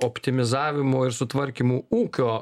optimizavimo ir sutvarkymu ūkio